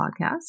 podcast